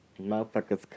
motherfuckers